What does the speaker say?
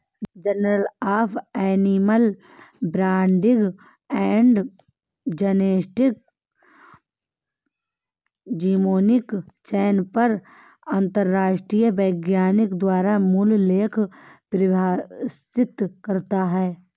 journal of animal breeding and genetics genomic चयन पर अंतरराष्ट्रीय वैज्ञानिकों द्वारा मूल लेख प्रकाशित करता है